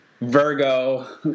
Virgo